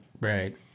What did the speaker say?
Right